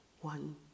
One